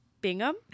Bingham